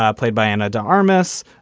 ah played by anna de armas,